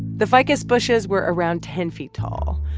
the ficus bushes were around ten feet tall,